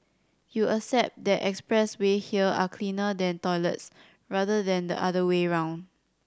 you accept that expressway here are cleaner than toilets rather than the other way around